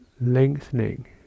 lengthening